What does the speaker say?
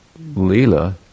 leela